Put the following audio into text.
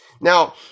Now